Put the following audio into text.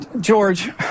George